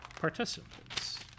participants